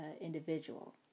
individual